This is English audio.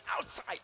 Outside